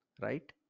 Right